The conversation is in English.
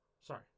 Sorry